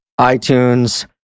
iTunes